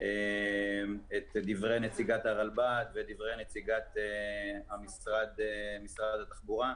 בהמשך לדברי נציגת הרלב"ד ודברי נציגת משרד התחבורה,